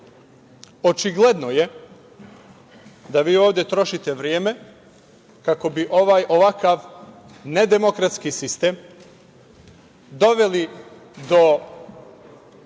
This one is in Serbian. Očigledno je da vi ovde trošite vreme kako bi ovakav nedemokratski sistem doveli do